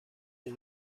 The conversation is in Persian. این